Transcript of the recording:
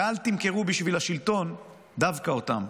ואל תמכרו בשביל השלטון דווקא אותם.